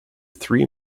three